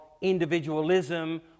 individualism